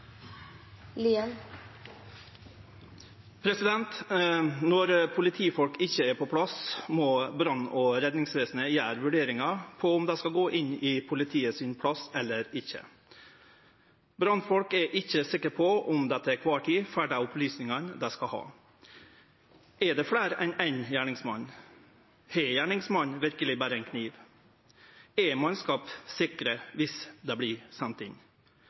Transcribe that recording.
Når politifolk ikkje er på plass, må brann- og redningsvesenet gjere vurderingar av om dei skal gå inn i politiets stad eller ikkje. Brannfolk er ikkje sikre på om dei til kvar tid får dei opplysningane dei skal ha. Er det fleire enn éin gjerningsmann? Har gjerningsmannen verkeleg berre ein kniv? Er mannskap sikre om dei vert sende inn? Det